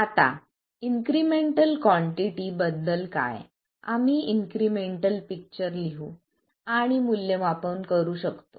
आता incremental quantity बद्दल काय आम्ही इन्क्रिमेंटल पिक्चर लिहू आणि मूल्यमापन करू शकतो